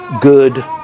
good